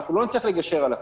אנחנו לא נצליח לגשר על הכול.